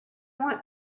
want